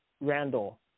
Randall